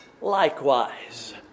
likewise